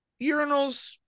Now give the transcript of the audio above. urinals